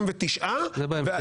אתם עושים כאן צעד מיותר וחבל,